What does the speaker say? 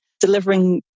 delivering